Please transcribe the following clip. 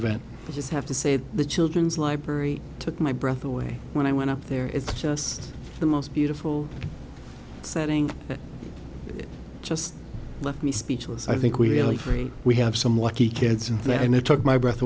event i just have to save the children's library took my breath away when i went up there it's just the most beautiful setting just left me speechless i think we really free we have some lucky kids and it took my breath